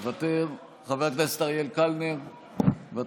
מוותר, חבר הכנסת אריאל קלנר, מוותר,